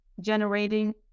generating